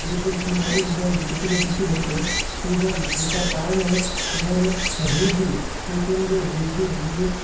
যে দল তৃণমূল দল জিতেছিল বেশি ভোটে সেই দল জেতার কারণে এবারে রেগে প্রচণ্ড রেগে গিয়ে